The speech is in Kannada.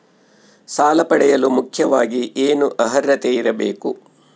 ಸಾಲ ಪಡೆಯಲು ಮುಖ್ಯವಾಗಿ ಏನು ಅರ್ಹತೆ ಇರಬೇಕು?